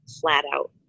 flat-out